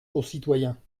concitoyens